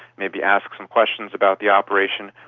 maybe ask some questions about the operation,